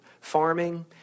farming